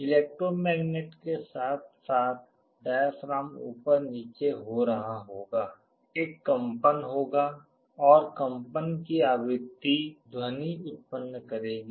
electromagnet के साथ साथ डायाफ्राम ऊपर नीचे हो रहा होगा एक कंपन होगा और कंपन की आवृत्ति ध्वनि उत्पन्न करेगी